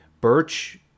Birch